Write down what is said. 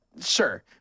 Sure